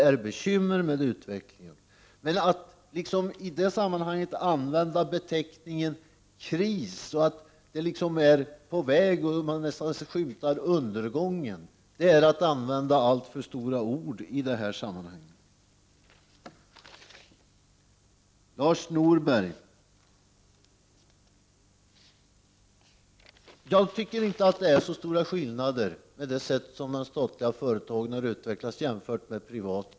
Utvecklingen medför bekymmer, men att i det sammanhanget använda beteckningen kris och säga att man nästan skymtar undergången, det är att använda alltför stora ord i det sammanhanget. Lars Norberg, jag tycker inte att det är så stora skillnader mellan de statliga och de privata företagens utvecklingen.